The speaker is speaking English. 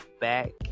back